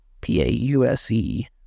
P-A-U-S-E